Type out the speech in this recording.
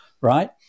right